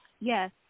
yes